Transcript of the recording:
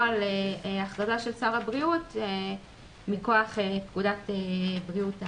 על החלטה של שר הבריאות מכוח פקודת בריאות העם.